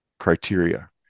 criteria